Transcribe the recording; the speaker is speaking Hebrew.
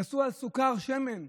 תעשו על סוכר, שמן.